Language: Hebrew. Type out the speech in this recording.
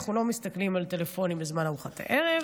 אנחנו לא מסתכלים על טלפונים בזמן ארוחת הערב,